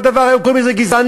כל דבר היום קוראים לו גזענות.